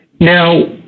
Now